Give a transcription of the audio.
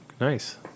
Nice